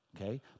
Okay